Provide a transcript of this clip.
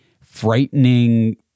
frightening